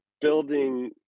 building